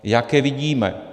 Jaké vidíme?